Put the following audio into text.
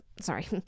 sorry